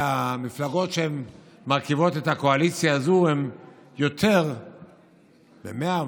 שהמפלגות שמרכיבות את הקואליציה הזאת הן יותר ב-100,000